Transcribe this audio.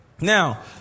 Now